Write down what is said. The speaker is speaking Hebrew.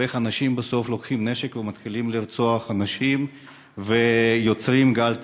ואיך אנשים בסוף לוקחים נשק ומתחילים לרצוח אנשים ויוצרים גל טרור.